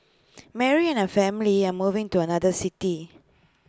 Mary and her family are moving to another city